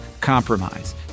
compromise